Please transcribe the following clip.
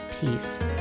peace